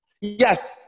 Yes